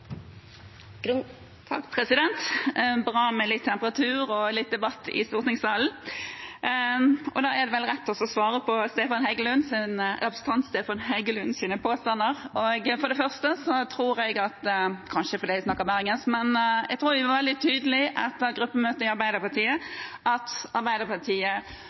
bra med litt temperatur og litt debatt i stortingssalen, og da er det vel rett å svare på påstandene fra representanten Stefan Heggelund. Det er kanskje fordi jeg snakker bergensk, men jeg tror vi var veldig tydelige etter gruppemøtene i Arbeiderpartiet, at Arbeiderpartiet